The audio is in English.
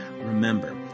Remember